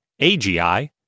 AGI